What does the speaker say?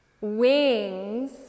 Wings